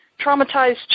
traumatized